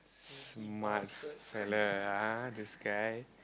smart fella ah this guy